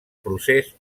procés